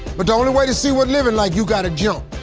but the only way to see what living's like, you got to jump.